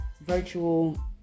virtual